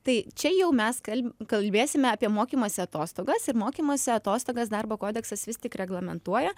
tai čia jau mes kal kalbėsim apie mokymosi atostogas ir mokymosi atostogas darbo kodeksas vis tik reglamentuoja